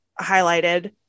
highlighted